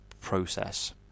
process